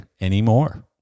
anymore